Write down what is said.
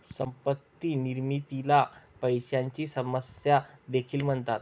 संपत्ती निर्मितीला पैशाची समस्या देखील म्हणतात